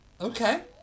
Okay